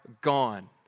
gone